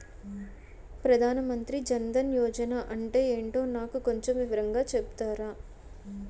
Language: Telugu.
ప్రధాన్ మంత్రి జన్ దన్ యోజన అంటే ఏంటో నాకు కొంచెం వివరంగా చెపుతారా?